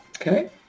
Okay